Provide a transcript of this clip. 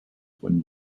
when